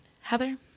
Heather